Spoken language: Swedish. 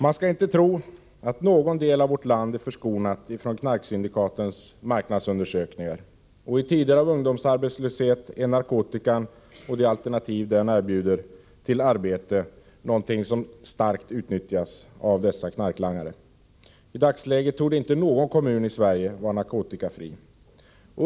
Man skall inte tro att någon del av vårt land är förskonad från knarksyndikatens marknadsundersökningar. I tider av ungdomsarbetslöshet är narkotikan och det alternativ den erbjuder till arbete någonting som starkt utnyttjas av dessa knarklangare. I dagsläget torde inte någon kommun i Sverige vara narkotikafri.